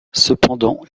cependant